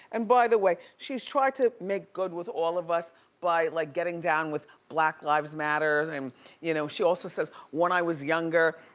and by the way, she's tried to make good with all of us by like getting down with black lives matter and you know, she also says, when i was younger,